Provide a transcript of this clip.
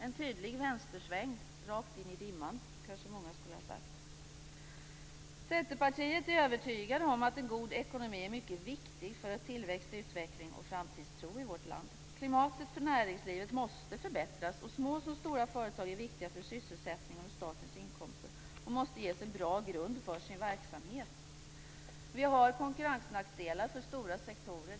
En tydlig vänstersväng rakt in i dimman, kanske många skulle ha sagt. Centerpartiet är övertygat om att en god ekonomi är mycket viktig för tillväxt, utveckling och framtidstro i vårt land. Klimatet för näringslivet måste förbättras. Små och stora företag är viktiga för sysselsättningen och statens inkomster och måste ges en bra grund för sin verksamhet. Det finns konkurrensnackdelar för stora sektorer.